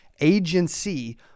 agency